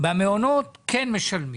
והמעונות כן משלמים.